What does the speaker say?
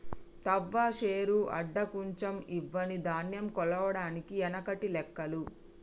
తవ్వ, శేరు, అడ్డ, కుంచం ఇవ్వని ధాన్యం కొలవడానికి ఎనకటి లెక్కలు